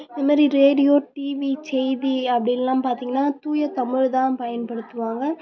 இந்த மாரி radio TV செய்தி அப்படியெல்லாம் பார்த்தீங்கனா தூய தமிழ் தான் பயன்படுத்துவாங்க